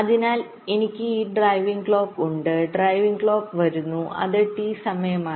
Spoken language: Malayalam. അതിനാൽ എനിക്ക് ഈ ഡ്രൈവിംഗ് ക്ലോക്ക് ഉണ്ട് ഡ്രൈവിംഗ് ക്ലോക്ക് വരുന്നു അത് ടി സമയമാണ്